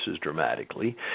dramatically